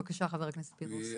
בבקשה, חבר הכנסת יצחק פינדרוס.